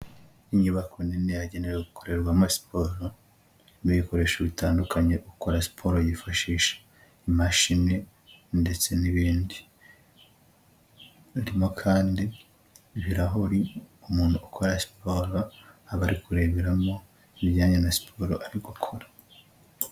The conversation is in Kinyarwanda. Inyubako nini yagenewe gukorerwamo siporo n'ibikoresho bitandukanye ukora siporo yifashisha. Imashini ndetse n'ibindi. Harimo kandi ibirahuri umuntu ukora siporo aba ari kureberamo ibijyanye na siporo ari gukora.